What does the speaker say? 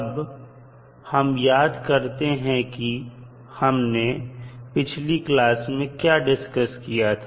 अब हम याद करते हैं कि हमने पिछली क्लास में क्या डिस्कस किया था